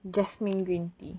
jasmine green tea